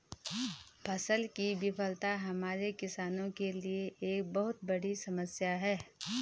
फसल की विफलता हमारे किसानों के लिए एक बहुत बड़ी समस्या है